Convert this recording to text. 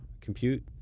compute